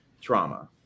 trauma